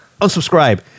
Unsubscribe